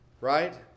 Right